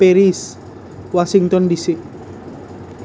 Paris Washington DC